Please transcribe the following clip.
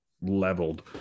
leveled